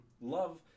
love